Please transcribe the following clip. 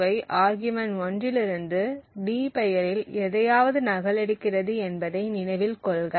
strcpy argument 1 இலிருந்து d பெயரில் எதையாவது நகலெடுக்கிறது என்பதை நினைவில் கொள்க